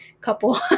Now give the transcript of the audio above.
couple